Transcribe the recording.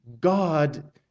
God